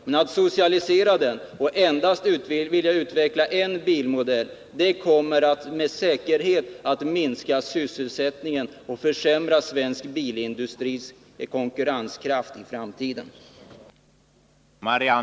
Men att nationalisera den och endast vilja utveckla en bilmodell kommer med säkerhet att minska sysselsättningen och försämra svensk bilindustris konkurrenskraft i framtiden.